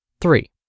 Three